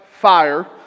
Fire